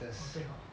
orh 对 hor